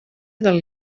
del